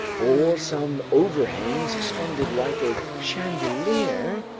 or some overhang suspended like a chandelier,